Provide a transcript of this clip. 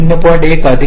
6 अधिक 0